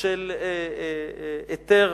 של היתר